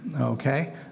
okay